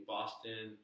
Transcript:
Boston